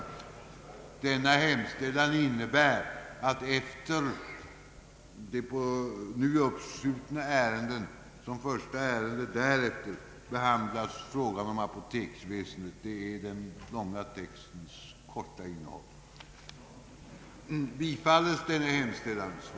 Denna hemställan innebär att efter de nu uppskjutna ärendena som första ärende därefter behandlas frågan om apoteksväsendet. Det är den långa textens korta innehåll.